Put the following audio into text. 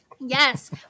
Yes